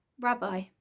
Rabbi